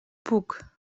puc